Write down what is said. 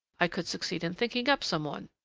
i could succeed in thinking up some one.